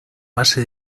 base